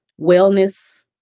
wellness